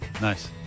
Nice